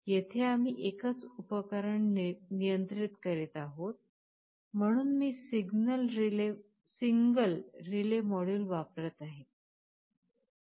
येथे आम्ही एकच उपकरण नियंत्रित करीत आहोत म्हणून मी सिंगल रिले मॉड्यूल वापरत आहे